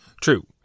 True